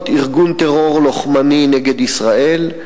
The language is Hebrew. להיות ארגון טרור לוחמני נגד ישראל,